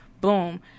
Boom